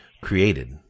created